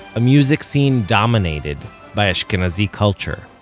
a music scene dominated by ashkenazi culture.